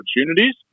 opportunities